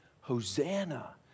Hosanna